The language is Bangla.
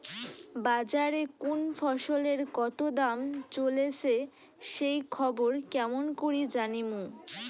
বাজারে কুন ফসলের কতো দাম চলেসে সেই খবর কেমন করি জানীমু?